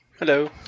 Hello